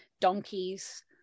donkeys